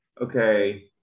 okay